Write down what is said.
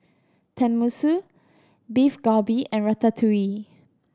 Tenmusu Beef Galbi and Ratatouille